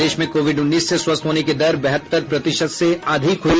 प्रदेश में कोविड उन्नीस से स्वस्थ होने की दर बहत्तर प्रतिशत से अधिक हुई